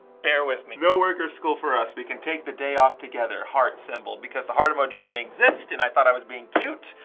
bear with me. no work or school for us. we can take the day off together, heart symbol, because the heart emoji didn't exist, and i thought i was being cute.